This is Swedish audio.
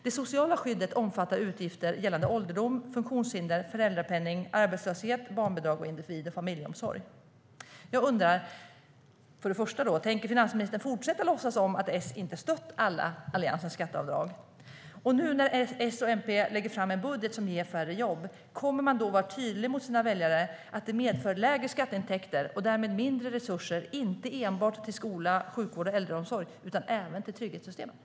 Det sociala skyddet omfattar utgifter gällande ålderdom, funktionshinder, föräldraledighet, arbetslöshet, barnbidrag och individ och familjeomsorg. Jag undrar om finansministern tänker fortsätta låtsas som om Socialdemokraterna inte stött alla Alliansens skatteavdrag. Nu när S och MP lägger fram en budget som ger färre jobb, kommer man då att vara tydlig mot sina väljare med att det medför lägre skatteintäkter och därmed mindre resurser inte enbart till skola, sjukvård och äldreomsorg utan även till trygghetssystemen?